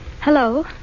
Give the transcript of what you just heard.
Hello